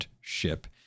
ship